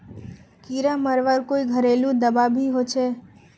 कीड़ा मरवार कोई घरेलू दाबा भी होचए?